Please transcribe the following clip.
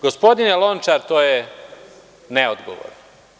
Gospodine Lončar, to je neodgovorno.